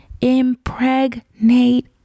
impregnate